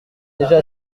déjà